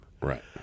Right